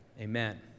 Amen